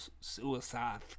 suicide